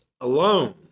alone